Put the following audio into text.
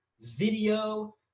video